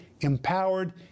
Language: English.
empowered